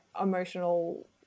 emotional